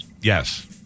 Yes